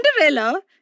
Cinderella